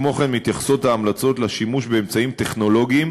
כמו כן מתייחסות ההמלצות לשימוש באמצעים טכנולוגיים